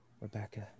Rebecca